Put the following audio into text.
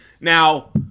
now